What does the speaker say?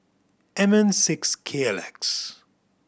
M N six K L X